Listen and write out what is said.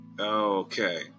okay